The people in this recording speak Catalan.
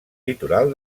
litoral